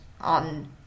on